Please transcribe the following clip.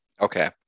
Okay